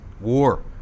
war